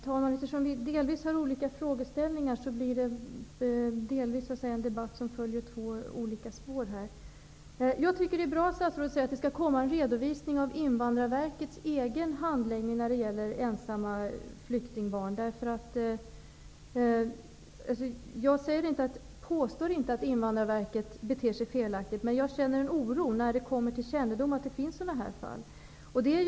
Herr talman! Eftersom Rune Backlund och jag delvis har olika frågeställningar, följer den här debatten delvis två olika spår. Det är bra att statsrådet säger att det skall komma en redovisning av Invandrarverkets egen handläggning av fall som gäller ensamma flyktingbarn. Jag påstår inte att Invandrarverket beter sig felaktigt, men jag känner en oro när det kommer till kännedom att sådana här fall förekommer.